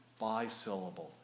bisyllable